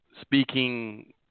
speaking